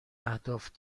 اهداف